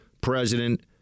president